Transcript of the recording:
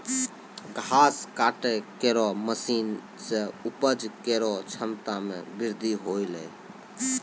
घास काटै केरो मसीन सें उपज केरो क्षमता में बृद्धि हौलै